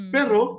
Pero